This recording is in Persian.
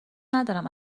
ندارم